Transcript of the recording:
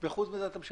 אבל זו התחלה